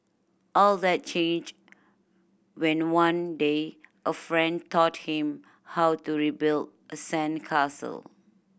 all that changed when one day a friend taught him how to rebuild a sandcastle